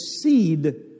seed